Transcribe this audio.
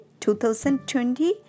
2020